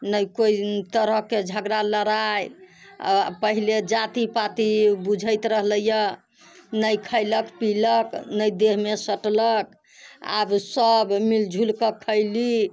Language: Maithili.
ने कोइ तरह के झगड़ा लड़ाइ पहिले जाति पाति बुझैत रहलैए नहि खयलक पीलक ने देहमे सटलक आब सब मिलि जुलिके खैली